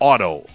Auto